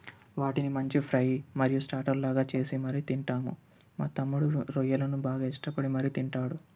వాటిని మంచిగా ఫ్రై మరియు స్టాటర్లాగా చేసి మరీ తింటాము మా తమ్ముడు రొయ్యలను చాలా ఇష్టపడి తింటాడు